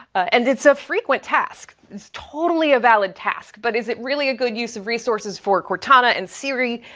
and it's a frequent task. it's totally a valid task. but is it really a good use of resources for cortana, and siri,